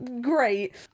Great